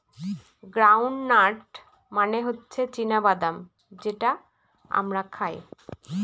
ground nut মানে হচ্ছে চীনা বাদাম যেটা আমরা খাই